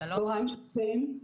צהריים טובים.